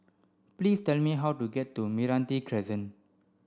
please tell me how to get to Meranti Crescent